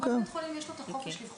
כל בית חולים יש לו את החופש לבחור